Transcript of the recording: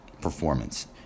performance